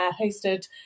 hosted